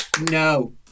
No